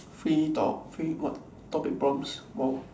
free talk free what topic prompts !wow!